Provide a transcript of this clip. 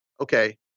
okay